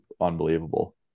unbelievable